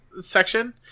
section